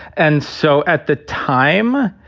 and so at the time,